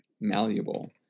malleable